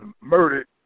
murdered